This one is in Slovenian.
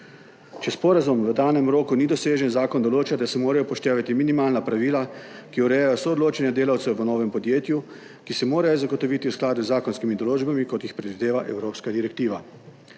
Če sporazum v danem roku ni dosežen, zakon določa, da se morajo upoštevati minimalna pravila, ki urejajo soodločanje delavcev v novem podjetju, ki se morajo zagotoviti v skladu z zakonskimi določbami, kot jih predvideva evropska direktiva.